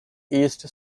east